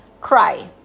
cry